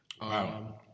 Wow